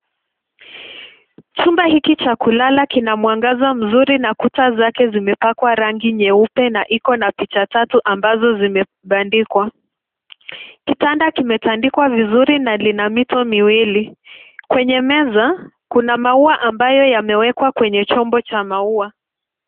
Chumba hiki cha kulala kina mwangaza mzuri na kuta zake zimepakwa rangi nyeupe na iko na picha tatu ambazo zimebandikwa. Kitanda kimetandikwa vizuri na lina mito miwili. Kwenye meza, kuna maua ambayo yamewekwa kwenye chombo cha maua.